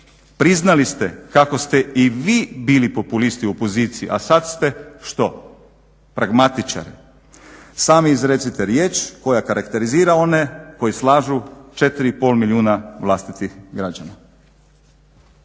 Priznali ste kako ste i vi bili populisti u opoziciji, a sad ste što? Pragmatičari. Sami izrecite riječ koja karakterizira one koji slažu 4,5 milijuna vlastitih građana.